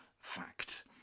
fact